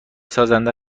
سازنده